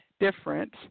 different